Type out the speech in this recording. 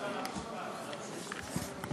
לא.